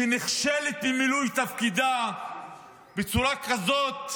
שנכשלת במילוי תפקידה בצורה כזאת,